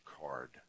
card